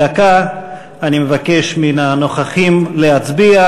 אני מבקש מהנוכחים להצביע.